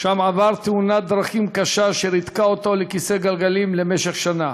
ושם עבר תאונת דרכים קשה שריתקה אותו לכיסא גלגלים למשך שנה.